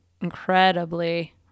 incredibly